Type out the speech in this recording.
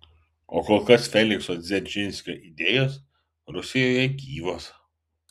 o kol kas felikso dzeržinskio idėjos rusijoje gyvos